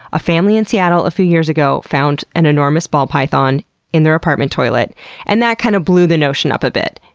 a family in seattle a few years ago found an enormous ball python in their apartment toilet and that kind of blew the notion up a bit.